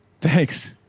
thanks